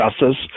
Justice